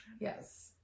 Yes